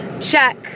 check